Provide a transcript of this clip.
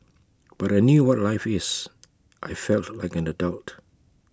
but I knew what life is I felt like an adult